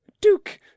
duke